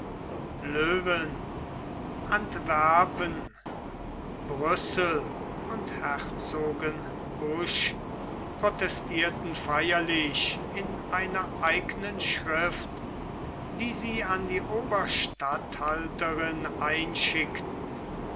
antwerpen brüssel und herzogenbusch protestierten feierlich in einer eignen schrift die sie an die oberstatthalterin einschickten